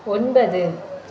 ஒன்பது